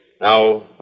Now